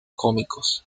cómicos